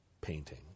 painting